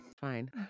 fine